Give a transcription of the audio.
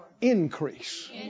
Increase